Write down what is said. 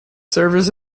servers